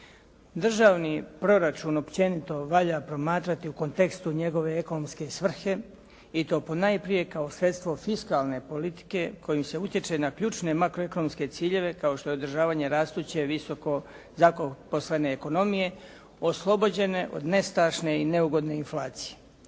Državni proračun općenito valja promatrati u kontekstu njegove ekonomske svrhe i to ponajprije kao sredstvo fiskalne politike kojim se utječe na ključne makroekonomske ciljeve kao što je održavanje rastuće visoko … /Govornik se ne razumije./ … ekonomije oslobođene od nestašne i neugodne inflacije.